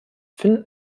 finden